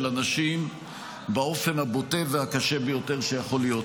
אנשים באופן הבוטה והקשה ביותר שיכול להיות.